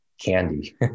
candy